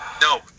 No